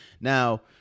Now –